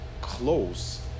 close